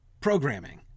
programming